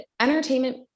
entertainment